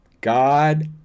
God